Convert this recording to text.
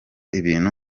ibintu